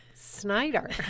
Snyder